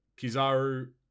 Kizaru